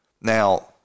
Now